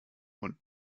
und